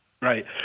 Right